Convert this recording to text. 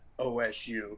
OSU